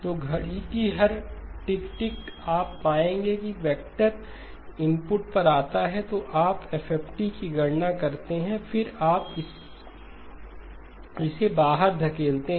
तो घड़ी की हर टिक आप पाएंगे कि एक वेक्टर इनपुट पर आता है आप FFT की गणना करते हैं और फिर आप इसे बाहर धकेलते हैं